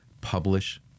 publish